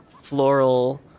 floral